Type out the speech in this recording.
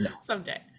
Someday